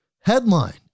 headline